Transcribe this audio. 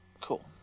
Cool